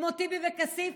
כמו טיבי וכסיף,